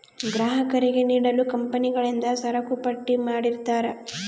ಗ್ರಾಹಕರಿಗೆ ನೀಡಲು ಕಂಪನಿಗಳಿಂದ ಸರಕುಪಟ್ಟಿ ಮಾಡಿರ್ತರಾ